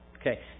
Okay